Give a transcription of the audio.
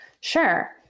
Sure